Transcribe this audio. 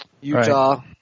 Utah